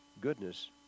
Goodness